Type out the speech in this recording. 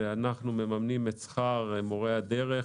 כשאנחנו מממנים את שכר מורי הדרך.